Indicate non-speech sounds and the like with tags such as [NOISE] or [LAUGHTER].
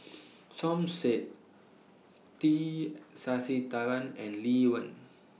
[NOISE] Som Said T Sasitharan and Lee Wen